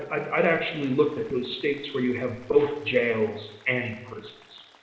i'd actually look at those states where you have both jails and prisons,